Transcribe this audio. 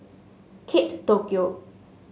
Kate Tokyo